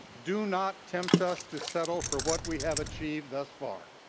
do not tempt us to settle for what we have achieved thus far.